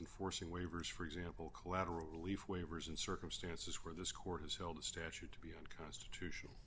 and forcing waivers for example collateral relief waivers in circumstances where this court has held the statute to be constitutional